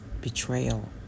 betrayal